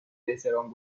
احترام